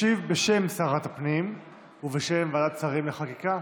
ישיב בשם שרת הפנים ובשם ועדת השרים לחקיקה